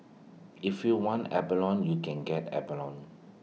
if you want abalone you can get abalone